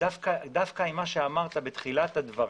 דווקא עם מה שאמרת בתחילת הדברים,